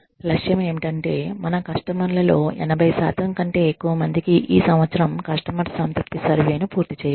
లక్ష్యం ఏమిటంటే మన కస్టమర్లలో 80 కంటే ఎక్కువ మందికి ఈ సంవత్సరం కస్టమర్ సంతృప్తి సర్వేను పూర్తి చేయాలి